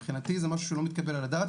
מבחינתי, זה משהו שלא מתקבל על הדעת.